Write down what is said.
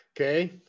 Okay